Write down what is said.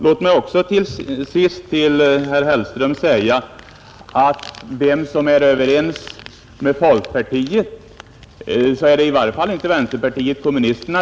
Låt mig till sist säga till herr Hellström att vem som än är överens med folkpartiet så är det i varje fall inte vänsterpartiet kommunisterna.